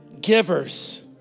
givers